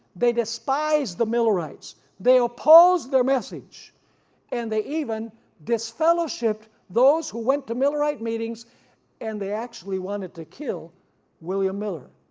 they despised the millerites they opposed their message and they even disfellowshipped those who went to millerite meetings and they actually wanted to kill william miller.